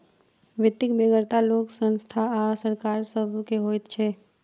वित्तक बेगरता लोक, संस्था आ सरकार सभ के होइत छै